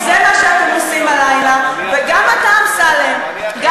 כל אלה שיושבים פה נותנים למופע האימים הזה להימשך,